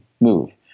move